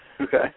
Okay